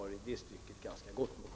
I det stycket är jag vid ganska gott mod.